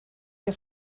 que